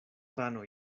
rano